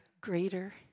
greater